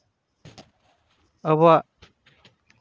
ᱟᱵᱚᱣᱟᱜ